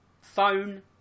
phone